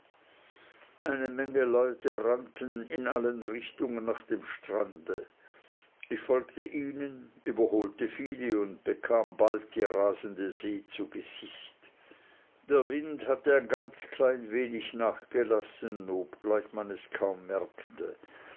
eine menge leute rannten in allen richtungen nach dem strande ich folgte ihnen überholte viele und bekam bald die rasende see zu gesicht der wind hatte ein ganz klein wenig nachgelassen obgleich man es kaum merkte